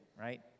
right